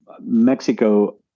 Mexico